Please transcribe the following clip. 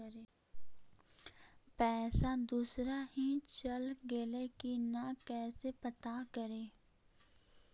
पैसा दुसरा ही चल गेलै की न कैसे पता करि?